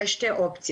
יש שתי אופציות.